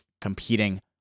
competing